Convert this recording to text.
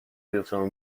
بیفتم